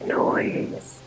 noise